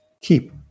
Keep